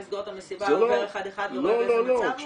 השוטר שבא לסגור את המסיבה עובר אחד- אחד ורואה באיזה מצב הוא?